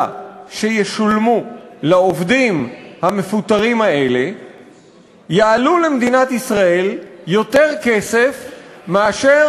שישולמו לעובדים המפוטרים האלה יעלו למדינת ישראל יותר כסף מאשר